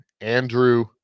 Andrew